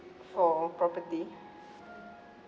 for property